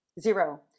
Zero